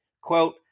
quote